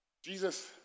Jesus